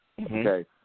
Okay